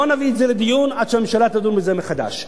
לא נביא את זה לדיון עד שהממשלה תדון בזה מחדש,